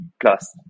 plus